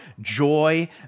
joy